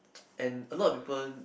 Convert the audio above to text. and a lot of people